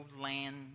land